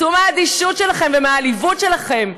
צאו מהאדישות שלכם ומהעליבות שלכם.